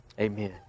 Amen